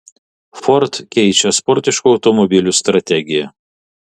ford keičia sportiškų automobilių strategiją